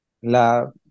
La